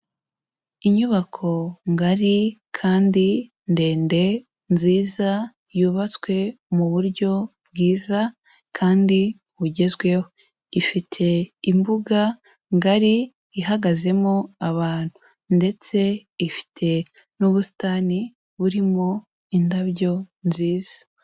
Inyubako ngari kandi ndende nziza yubatswe mu buryo bwiza kandi bugezweho, ifite imbuga ngari ihagazemo abantu ndetse ifite n'ubusitani burimo indabyo nziza.